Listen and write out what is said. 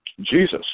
Jesus